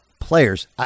players